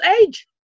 age